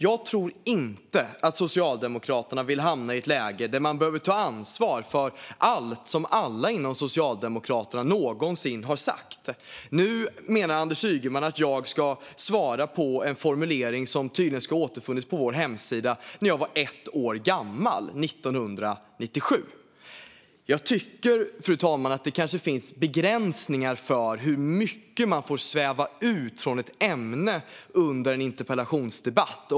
Jag tror inte att Socialdemokraterna vill hamna i ett läge där de behöver ta ansvar för allt som alla inom Socialdemokraterna någonsin har sagt, men nu menar Anders Ygeman att jag ska svara på en formulering som tydligen ska ha återfunnits på vår hemsida när jag var ett år gammal, 1997. Jag tycker, fru talman, att det kanske finns begränsningar för hur mycket man får sväva ut från ett ämne under en interpellationsdebatt.